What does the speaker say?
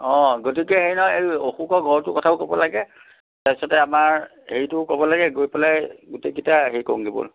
অঁ গতিকে হেৰি নহয় অশোকৰ ঘৰটোৰ কথাও ক'ব লাগে তাৰ পিছতে আমাৰ হেৰিটোও ক'ব লাগে গৈ পেলাই গোটেই কেইটাই হেৰি কওগৈ ব'ল